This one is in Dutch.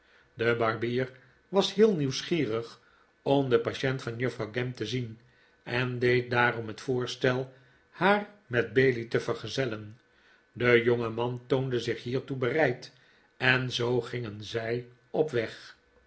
de barbier was heel nieuwsgierig om den patient van juffrouw gamp te zien en deed daarom het voorstel haar met bailey te vergezellen de jongeman toonde zich hiertoe bereid en zoo gingen zij op weg